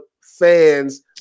fans